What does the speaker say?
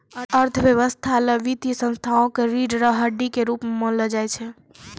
अर्थव्यवस्था ल वित्तीय संस्थाओं क रीढ़ र हड्डी के रूप म मानलो जाय छै